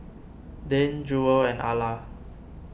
Dane Jewel and Alla